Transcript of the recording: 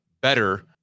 better